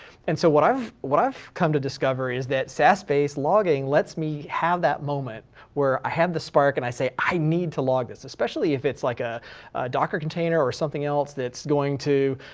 and so what i've what i've come to discover is that sas-based logging lets me have that moment where i have the spark and i say, i need to log this, especially if it's like a docker container or something else that's going to